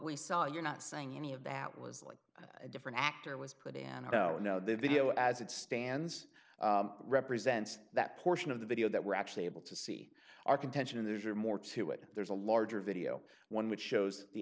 we saw you're not saying any of that was like a different actor was put in oh no the video as it stands represents that portion of the video that we're actually able to see our contention and there are more to it there's a larger video one which shows the